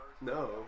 No